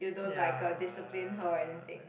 ya